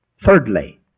Thirdly